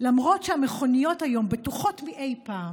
למרות שהמכוניות היום בטוחות מאי פעם,